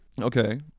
okay